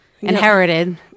inherited